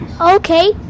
Okay